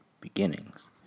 beginnings